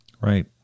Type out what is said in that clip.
Right